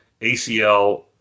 ACL